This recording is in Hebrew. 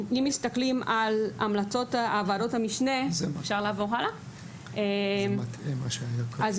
אם מסתכלים על המלצות ועדות המשנה --- אני חושב,